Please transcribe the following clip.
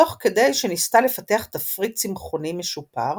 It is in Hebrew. תוך כדי שניסתה לפתח תפריט צמחוני משופר